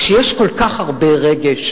כשיש כל כך הרבה רגש,